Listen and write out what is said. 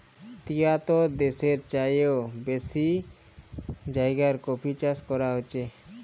তিয়াত্তর দ্যাশের চাইয়েও বেশি জায়গায় কফি চাষ ক্যরা হছে